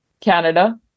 Canada